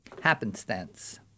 happenstance